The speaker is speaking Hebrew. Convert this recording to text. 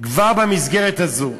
כבר במסגרת הזו,